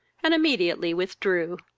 and immediately withdrew.